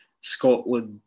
Scotland